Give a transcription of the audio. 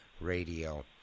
Radio